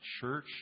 church